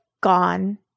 Gone